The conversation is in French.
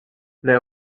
les